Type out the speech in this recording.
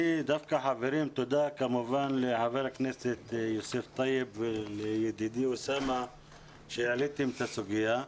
ותודה לחברי הכנסת יוסף טייב ולידידי אוסאמה שהעלו את הסוגיה.